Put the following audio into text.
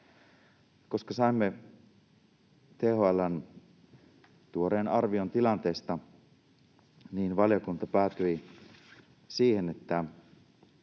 Koska saimme THL:n tuoreen arvion tilanteesta, niin valiokunta päätyi siihen, että